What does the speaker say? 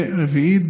ורביעית,